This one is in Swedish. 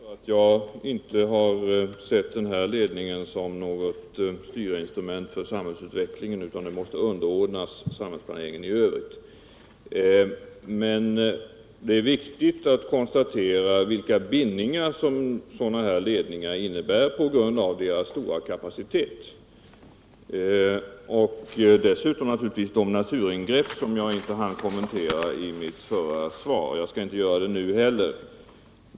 Herr talman! Jag upprepar att jag inte har sett den här ledningen som något styrinstrument för samhällsutvecklingen utan som något som måste underordnas samhällsplaneringen i övrigt. Men det är viktigt att konstatera vilka bindningar som sådana här ledningar innebär på grund av deras stora kapacitet. Dessutom rör det sig ju också om stora naturingrepp, som jag inte hann kommentera i mitt förra inlägg. Jag skall inte göra det nu heller.